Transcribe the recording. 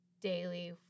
daily